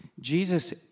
Jesus